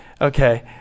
Okay